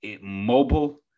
mobile